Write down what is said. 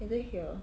is it here